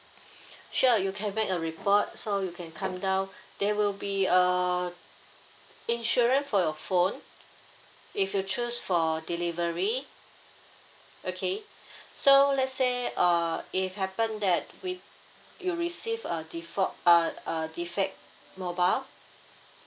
sure you can make a report so you can come down there will be uh insurance for your phone if you choose for delivery okay so let's say uh if happen that w~ you receive a default uh a defect mobile